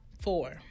Four